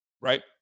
right